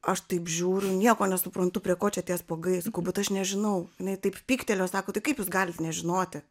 aš taip žiūriu nieko nesuprantu prie ko čia tie spuogai sakau bet aš nežinau jinai taip pyktelėjo sako tai kaip jūs galit nežinoti